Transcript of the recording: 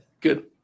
Good